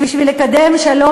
בשביל לקדם שלום,